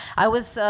i was